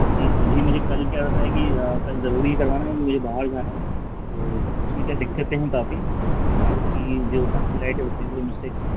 जी जी मुझे कल क्या रहता है कि कल ज़रूरी है करवाना एन्ड मुझे बाहर जाना है तो उसमें क्या दिक्कतें हैं काफ़ी सारी चीज़ जो पार्किंग लाइट है उसमें थोड़े मिस्टेक्स हैं